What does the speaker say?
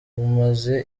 bumaze